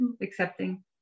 accepting